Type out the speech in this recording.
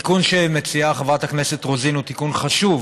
התיקון שמציעה חברת הכנסת רוזין הוא תיקון חשוב,